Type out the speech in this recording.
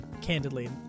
candidly